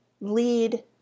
lead